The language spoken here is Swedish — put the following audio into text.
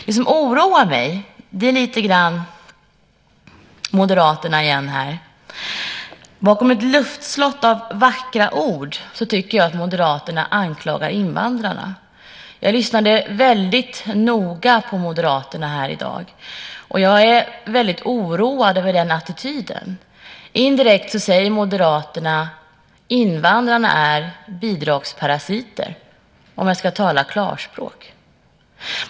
Det som oroar mig är i någon mån Moderaterna igen. Bakom ett luftslott av vackra ord tycker jag att Moderaterna anklagar invandrarna. Jag lyssnade väldigt noga på Moderaterna här i dag, och jag är väldigt oroad över den attityden. Indirekt säger Moderaterna, om jag ska tala klarspråk: Invandrarna är bidragsparasiter.